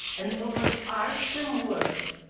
and over the arch some words.